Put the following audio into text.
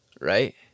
right